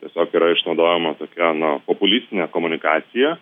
tiesiog yra išnaudojama tokia na populistinė komunikacija